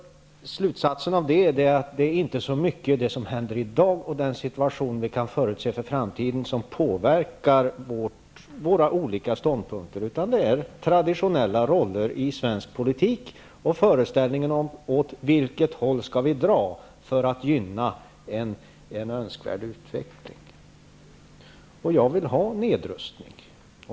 Slutsatsen av det är att det inte är så mycket i det som händer i dag och i den situation som vi kan förutse för framtiden som påverkar våra olika ståndpunkter, utan det är traditionella roller i svensk politik och föreställningen om åt vilket håll vi skall dra för att gynna en önskvärd utveckling. Jag vill ha nedrustning.